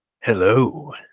Hello